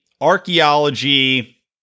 archaeology